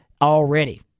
already